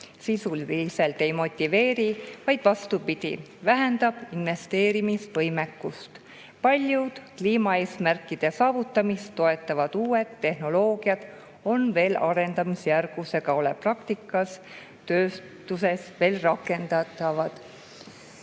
sisuliselt ei motiveeri, vaid vastupidi, vähendab investeerimisvõimekust. Paljud kliimaeesmärkide saavutamist toetavad uued tehnoloogiad on veel arendamisjärgus ega ole tööstuses veel praktiliselt